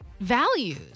Values